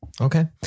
Okay